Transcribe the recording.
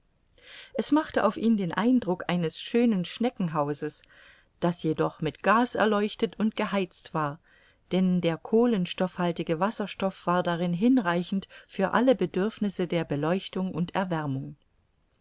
es machte auf ihn den eindruck eines schönen schneckenhauses das jedoch mit gas erleuchtet und geheizt war denn der kohlenstoffhaltige wasserstoff war darin hinreichend für alle bedürfnisse der beleuchtung und erwärmung